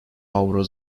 avro